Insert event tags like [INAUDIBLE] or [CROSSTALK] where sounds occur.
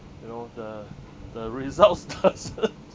you know the the results [LAUGHS] doesn't